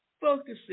Focusing